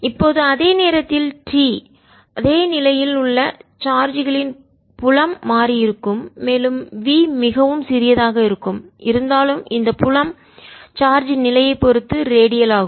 இப்போது அதே நேரத்தில் t அதே நிலையில் உள்ள சார்ஜ் களின் புலம் மாறி இருக்கும் மேலும் v மிகவும் சிறியதாக இருக்கும்இருந்தாலும் இந்த புலம் சார்ஜ் நிலையை பொறுத்து ரேடியல் ஆகும்